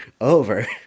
over